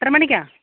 എത്ര മണിക്കാണ്